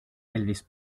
elvis